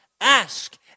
ask